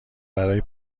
برای